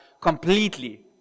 completely